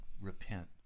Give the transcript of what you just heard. repent